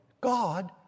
God